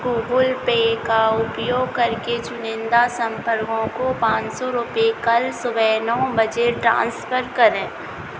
Google Pay का उपयोग करके चुनिंदा संपर्कों को पाँच सौ रुपये कल सुबह नौ बजे ट्रांसफ़र करें